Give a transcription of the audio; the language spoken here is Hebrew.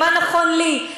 מה נכון לי,